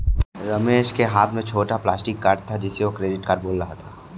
रमेश के हाथ में छोटा प्लास्टिक कार्ड था जिसे वह क्रेडिट कार्ड बोल रहा था